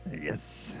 Yes